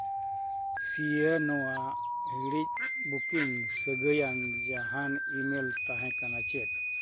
ᱥᱤᱭᱟᱹ ᱱᱚᱣᱟ ᱦᱤᱲᱤᱡ ᱵᱩᱠᱤᱝ ᱥᱟᱹᱜᱟᱹᱭᱟᱱ ᱡᱟᱦᱟᱱ ᱤᱼᱢᱮᱹᱞ ᱛᱟᱦᱮᱸ ᱠᱟᱱᱟ ᱪᱮᱫ